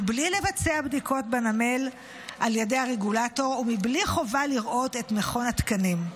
מבלי לבצע בדיקות בנמל על ידי הרגולטור ובלי חובה לראות את מכון התקנים.